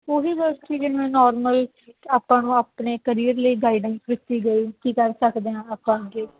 ਉਹੀ ਬਸ ਕਿ ਜਿਵੇਂ ਨੋਰਮਲ ਆਪਾਂ ਨੂੰ ਆਪਣੇ ਕਰੀਅਰ ਲਈ ਗਾਈਡੈਂਸ ਦਿੱਤੀ ਗਈ ਕੀ ਕਰ ਸਕਦੇ ਹਾਂ ਆਪਾਂ ਅੱਗੇ